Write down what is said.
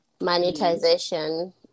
monetization